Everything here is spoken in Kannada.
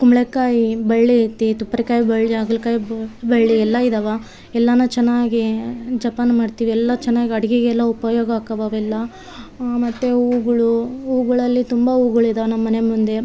ಕುಂಬಳಕಾಯಿ ಬಳ್ಳಿ ಐತಿ ತುಪ್ಪರಕಾಯಿ ಬಳ್ಳಿ ಹಾಗಲ್ಕಾಯಿ ಬಳ್ಳಿ ಎಲ್ಲ ಇದಾವೆ ಎಲ್ಲಾನು ಚೆನ್ನಾಗಿ ಜೋಪಾನ ಮಾಡ್ತೀವಿ ಎಲ್ಲ ಚೆನ್ನಾಗಿ ಅಡಿಗೆಗೆಲ್ಲ ಉಪಯೋಗ ಆಗ್ತವ್ ಅವೆಲ್ಲ ಮತ್ತು ಹೂವುಗಳು ಹೂವುಗಳಲ್ಲಿ ತುಂಬ ಹೂವುಗಳಿದಾವ್ ನಮ್ಮಮನೆ ಮುಂದೆ